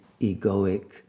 egoic